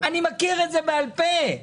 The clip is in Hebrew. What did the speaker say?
אני מכיר את זה בעל פה.